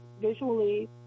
visually